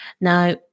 Now